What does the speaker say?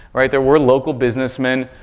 right? there were local businessmen.